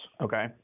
Okay